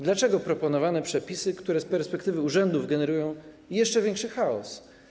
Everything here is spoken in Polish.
Dlaczego proponowane są przepisy, które z perspektywy urzędów generują jeszcze większy chaos?